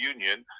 Union